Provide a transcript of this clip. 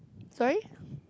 sorry